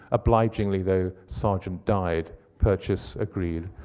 obligingly though, sargent died. purchase agreed.